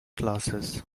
classes